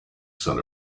sun